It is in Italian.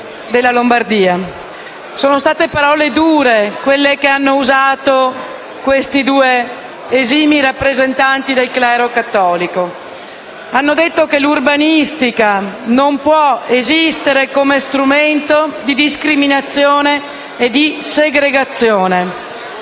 Sono state parole dure quelle che hanno usato questi due esimi rappresentanti del clero cattolico, con le quali hanno detto che l'urbanistica non può esistere come strumento di discriminazione e segregazione.